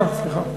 אה, סליחה.